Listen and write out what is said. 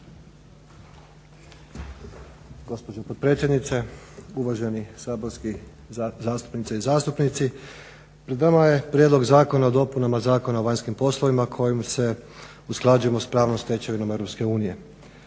Gospođo potpredsjednice, uvaženi saborski, zastupnice i zastupnici. Pred nama je Prijedlog zakona o dopunama Zakona o vanjskim poslovima kojim se usklađujemo sa pravnom stečevinom